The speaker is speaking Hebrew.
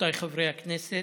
רבותיי חברי הכנסת,